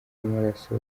amaraso